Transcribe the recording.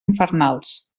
infernals